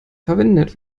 verwendet